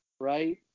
right